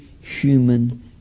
human